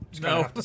No